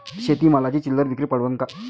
शेती मालाची चिल्लर विक्री परवडन का?